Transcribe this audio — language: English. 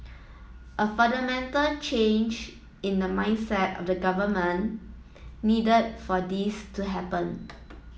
a fundamental change in the mindset of the government needed for this to happen